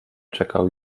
czekał